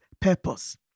purpose